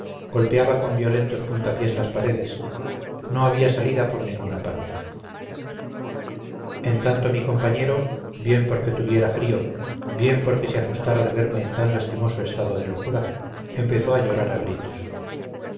golpeaba con violentos puntapiés las paredes no había salida por ninguna parte en tanto mi compañero bien porque tuviera frío bien porque se asustara de verme en tan lastimoso estado de locura empezó a llorar a gritos